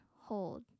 Hold